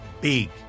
big